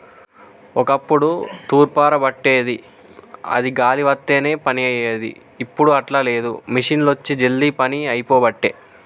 ఒక్కప్పుడు తూర్పార బట్టేది అది గాలి వత్తనే పని అయ్యేది, ఇప్పుడు అట్లా లేదు మిషిండ్లొచ్చి జల్దీ పని అయిపోబట్టే